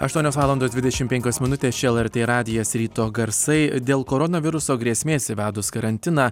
aštuonios valandos dvidešim penkios minutės čia lrt radijas ryto garsai dėl koronaviruso grėsmės įvedus karantiną